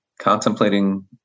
contemplating